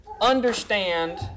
understand